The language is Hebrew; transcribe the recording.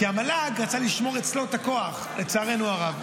כי המל"ג רצה לשמור אצלו את הכוח, לצערנו הרב.